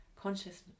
consciousness